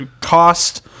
cost